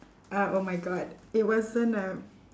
ah oh my god it wasn't a